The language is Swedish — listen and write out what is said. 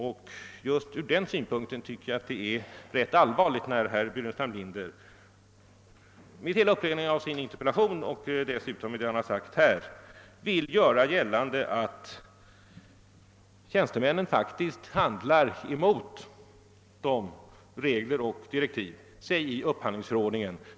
Från denna synpunkt tycker jag det är ganska allvarligt att herr Burenstam Linder genom hela uppläggningen av sin interpellation och dessutom genom vad han säger i debatten vill göra gällande att tjänstemännen faktiskt handlar mot gällande regler och direktiv, t.ex. i upphandlingsförordningen.